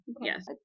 yes